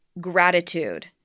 gratitude